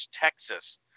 Texas